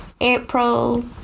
April